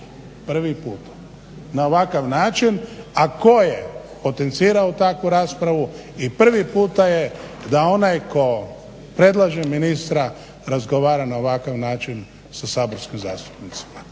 prvi puta. Na ovakav način, a koje potencirao takvu raspravu i prvi puta je da onaj tko predlaže ministra razgovara na ovakav način sa saborskim zastupnicima.